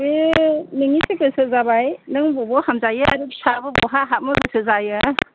बे नोंनिसो गोसो जाबाय नों बबाव हामजायो आरो फिसाबो बहा हाबनो गोसो जायो